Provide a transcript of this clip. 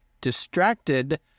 distracted